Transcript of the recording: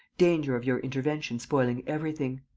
danger of your intervention spoiling everything.